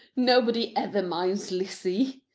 nobody ever minds lizzy!